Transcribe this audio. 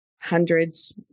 hundreds